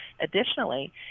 Additionally